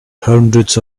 hundreds